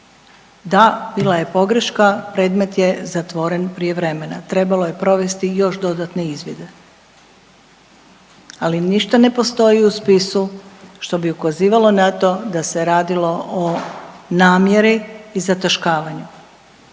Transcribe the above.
Da, bila je pogreška predmet je zatvoren prije vremena, trebalo je provesti još dodatne izvide, ali ništa ne postoji u spisu što bi ukazivalo na to da se radilo o namjeri i zataškavanju.